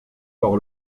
par